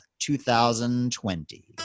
2020